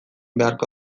beharko